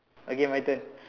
okay my turn